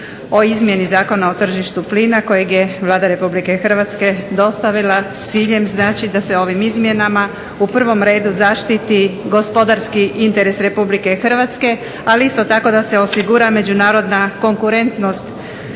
o izmjeni Zakona o tržištu plina kojeg je Vlada Republike Hrvatske dostavila s ciljem znači da se ovim izmjenama u prvom redu zaštiti gospodarski interes Republike Hrvatske, ali isto tako da se osigura međunarodna konkurentnost